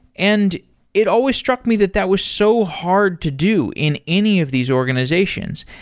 and it always struck me that that was so hard to do in any of these organizations.